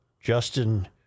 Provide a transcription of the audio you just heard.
Justin